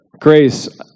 Grace